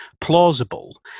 plausible